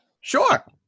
sure